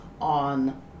on